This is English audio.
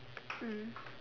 mm